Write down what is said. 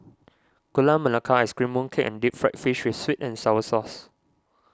Gula Melaka Ice Cream Mooncake and Deep Fried Fish with Sweet and Sour Sauce